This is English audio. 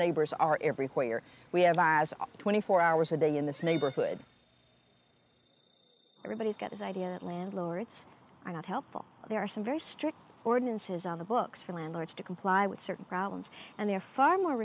neighbors are everywhere we have twenty four hours a day in this neighborhood everybody's got this idea landlords are not helpful there are some very strict ordinances on the books for landlords to comply with certain problems and they're far more